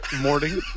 morning